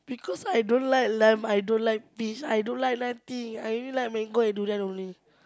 because I don't like lime I don't like fish I don't like nothing I really like mango and durian only